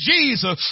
Jesus